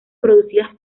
producidas